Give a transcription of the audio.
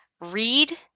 read